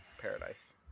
paradise